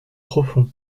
profond